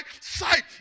sight